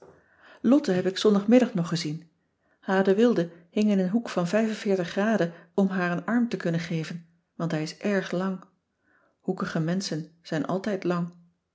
lotte heb ik zondagmiddag nog gezien h de wilde hing in een hoek van vijf en veertig graden om haar een arm te kunnen geven want hij is erg lang hoekige menschen zijn altijd lang